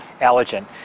allergen